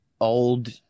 old